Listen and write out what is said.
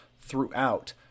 throughout